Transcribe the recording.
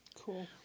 Cool